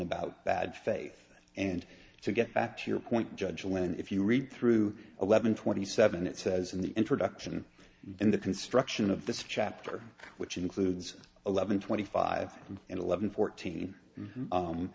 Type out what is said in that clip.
about bad faith and to get back to your point judge when if you read through eleven twenty seven it says in the introduction in the construction of this chapter which includes eleven twenty five and eleven fourteen